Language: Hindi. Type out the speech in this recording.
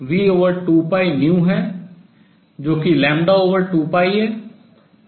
तरंगदैर्घ्य है